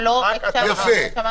רק לא שמעת מה שאמרתי.